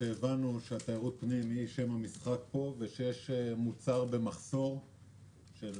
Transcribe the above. כשהבנו שתיירות הפנים היא שם המשחק פה ושיש מוצר במחסור של